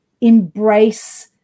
embrace